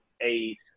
eight